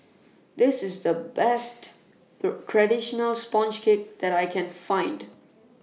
This IS The Best Traditional Sponge Cake that I Can Find